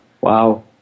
Wow